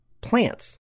plants